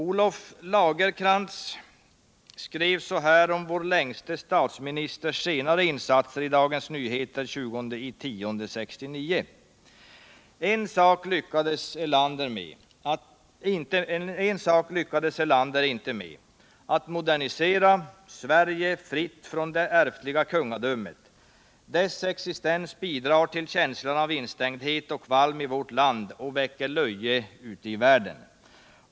Olof Lagercrantz skrev så här i Dagens Nyheter den 20 oktober 1969 om vår ”längste” statsministers senare insatser: ”En sak lyckades Erlander inte med: att modernisera Sverige fritt från det ärftliga kungadömet. Dess existens bidrar till känslan av instängdhet och kvalm i vårt land och väcker löje ute i hela världen.